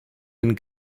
den